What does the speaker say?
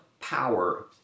Power